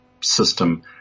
system